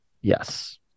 Yes